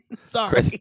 Sorry